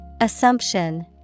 Assumption